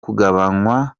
kubagwa